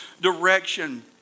direction